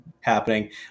happening